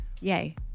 Yay